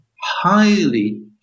highly